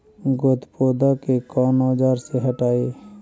गत्पोदा के कौन औजार से हटायी?